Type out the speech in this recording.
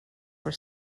were